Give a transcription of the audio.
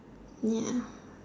ya